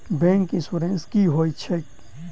Bank insurance की होइत छैक?